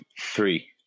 three